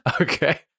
Okay